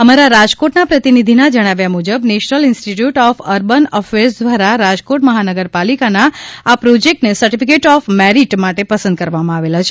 અમારા રાજકોટના પ્રતિનિધિના જણાવ્યા મુજબ National Institute of Urban Affairs દ્વારા રાજકોટ મહાનગરપાલિકાના આ પ્રોજેકટને સર્ટીફિકેટ ઓફ મેરિટ માટે પસંદ કરવામાં આવેલ છે